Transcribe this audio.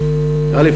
א.